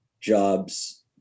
jobs